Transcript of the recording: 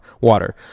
Water